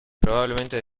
probablemente